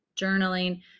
journaling